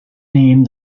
name